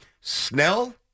Snell